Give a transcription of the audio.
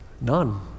None